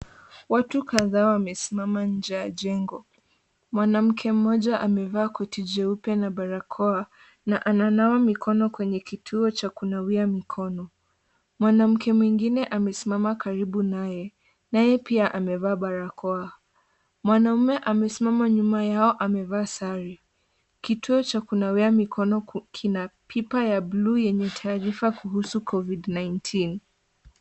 Watu kadhaa wamesimama nje yaa jengo. Mwanamke mmoja amevaa koti jeupe na barakoa na ananawa mikono kwenye kituo cha kunawia mkono. Mwanamke mwingine amesimama karibu naye pia amevaa barakoa. Mwanaume amesimama nyuma yao amevaa sare. Kituo cha kunawia mkono kina pipa ya bluu yenye taarifa kuhusu Covid-19.